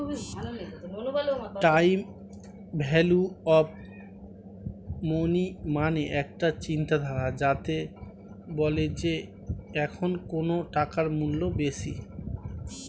time value of money মানে একটা চিন্তাধারা যাতে বলে যে এখন কোন টাকার মূল্য বেশি